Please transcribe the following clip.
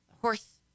horse